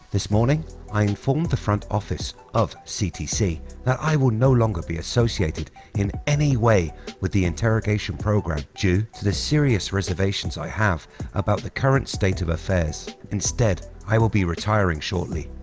this morning i informed the front office of ctc that i will no longer be associated in any way with the interrogation program due to serious reservation s i have about the current state of affairs. instead, i will be retiring shortly.